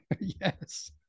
Yes